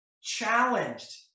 challenged